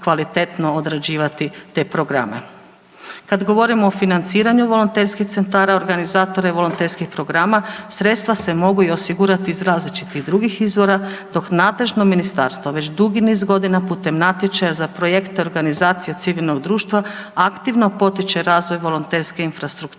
kvalitetno odrađivati te programe. Kad govorimo o financiranju volonterskih centara, organizatore volonterskih programa sredstva se mogu i osigurati iz različitih drugih izvora dok nadležno ministarstvo već dugi niz godina putem natječaja za projekte organizacija civilnog društva aktivno potiče razvoj volonterske infrastrukture